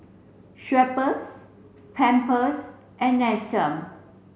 Schweppes Pampers and Nestum